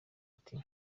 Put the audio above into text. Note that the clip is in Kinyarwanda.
ati